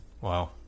Wow